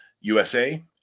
USA